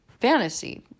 fantasy